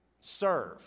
serve